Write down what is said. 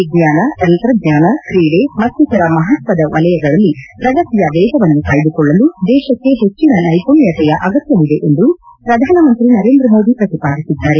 ವಿಜ್ವಾನ ತಂತ್ರಜ್ವಾನ ಕ್ರೀಡೆ ಮತ್ತಿತರ ಮಹತ್ವದ ವಲಯಗಳಲ್ಲಿ ಪ್ರಗತಿಯ ವೇಗವನ್ನು ಕಾಯ್ದುಕೊಳ್ಳಲು ದೇಶಕ್ಕೆ ಹೆಚ್ಚನ ನೈಪುಣ್ಣತೆಯೆ ಅಗತ್ಯವಿದೆ ಎಂದು ಪ್ರಧಾನಮಂತ್ರಿ ನರೇಂದ್ರ ಮೋದಿ ಪ್ರತಿಪಾದಿಸಿದ್ದಾರೆ